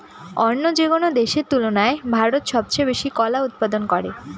অন্য যেকোনো দেশের তুলনায় ভারত সবচেয়ে বেশি কলা উৎপাদন করে